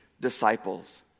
disciples